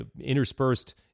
interspersed